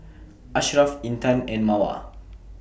Ashraf Intan and Mawar